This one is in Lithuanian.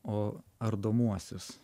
o ardomuosius